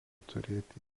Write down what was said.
turėti